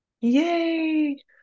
Yay